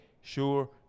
sure